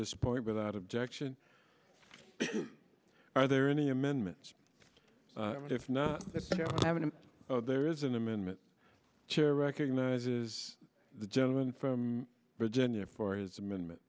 this point without objection are there any amendments if not having him there is an amendment chair recognizes the gentleman from virginia for his amendment